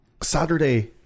Saturday